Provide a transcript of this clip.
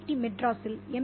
D மெட்ராஸில் M